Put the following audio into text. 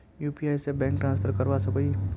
UPI से bank transfer करवा सकोहो ही?